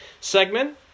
segment